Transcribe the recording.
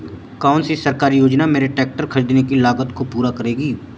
कौन सी सरकारी योजना मेरे ट्रैक्टर ख़रीदने की लागत को पूरा करेगी?